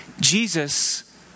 Jesus